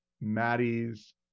Maddie's